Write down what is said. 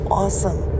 awesome